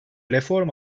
reform